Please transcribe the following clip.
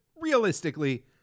realistically